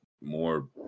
more